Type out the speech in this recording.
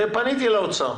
פניתי לאוצר,